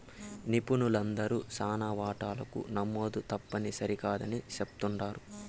నిపుణులందరూ శానా వాటాలకు నమోదు తప్పుని సరికాదని చెప్తుండారు